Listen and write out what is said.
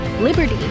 liberty